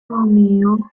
romeo